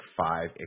five